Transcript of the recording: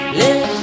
live